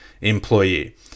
employee